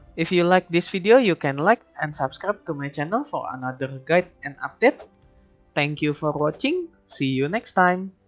if you like this video you can like and subscribe my channel for another guide and update thank you for watching, see you and next time